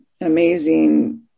amazing